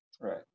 right